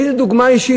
איזו דוגמה אישית?